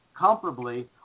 comparably